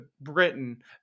Britain